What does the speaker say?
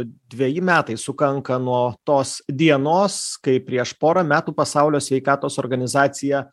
dveji metai sukanka nuo tos dienos kai prieš porą metų pasaulio sveikatos organizacija